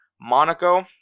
Monaco